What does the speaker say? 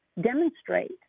demonstrate